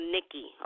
Nikki